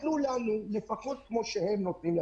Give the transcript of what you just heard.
תנו לנו לפחות כמו שלהם נותנים.